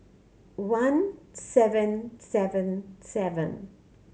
one seven seven seven